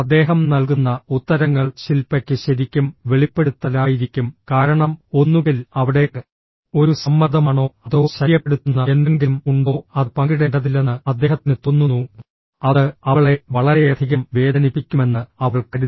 അദ്ദേഹം നൽകുന്ന ഉത്തരങ്ങൾ ശിൽപയ്ക്ക് ശരിക്കും വെളിപ്പെടുത്തലായിരിക്കും കാരണം ഒന്നുകിൽ അവിടെ ഒരു സമ്മർദ്ദമാണോ അതോ ശല്യപ്പെടുത്തുന്ന എന്തെങ്കിലും ഉണ്ടോ അത് പങ്കിടേണ്ടതില്ലെന്ന് അദ്ദേഹത്തിന് തോന്നുന്നു അത് അവളെ വളരെയധികം വേദനിപ്പിക്കുമെന്ന് അവൾ കരുതി